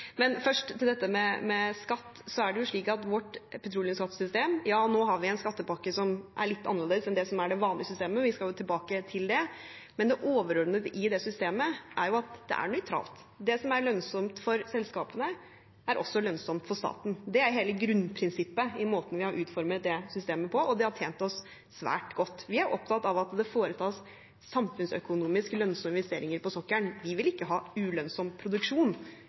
Først til dette med skatt: Det overordnede i vårt petroleumsskattesystem – nå har vi en skattepakke som er litt annerledes enn det som er det vanlige systemet, vi skal tilbake til det – er at det er nøytralt. Det som er lønnsomt for selskapene, er også lønnsomt for staten. Det er hele grunnprinsippet i måten vi har utformet det systemet på, og det har tjent oss svært godt. Vi er opptatt av at det foretas samfunnsøkonomisk lønnsomme investeringer på sokkelen. Vi vil ikke ha ulønnsom produksjon,